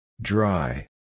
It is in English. Dry